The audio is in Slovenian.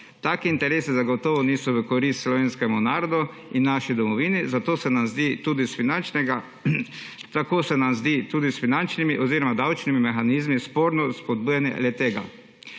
Taki interesi zagotovo niso v korist slovenskemu narodu in naši domovini, zato se nam zdi tudi s finančnimi oziroma davčnimi mehanizmi sporno spodbujanje le-tega.